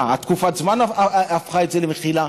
מה, תקופת הזמן הפכה את זה למחילה?